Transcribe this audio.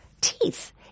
teeth